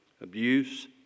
Abuse